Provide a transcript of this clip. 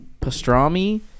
pastrami